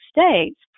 states